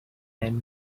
man